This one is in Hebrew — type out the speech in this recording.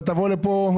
אתה תבוא לפה,